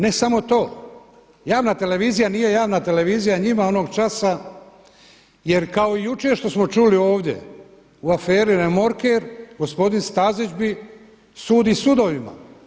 Ne samo to, javna televizija nije javna televizija njima onog časa jer kao jučer što smo čuli ovdje u aferi Remorker, gospodin Stazić bi, sudi sudovima.